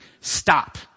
stop